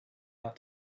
out